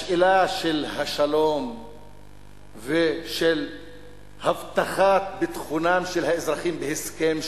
השאלה של השלום ושל הבטחת ביטחונם של האזרחים בהסכם שלום,